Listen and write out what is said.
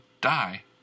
die